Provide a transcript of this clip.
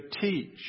teach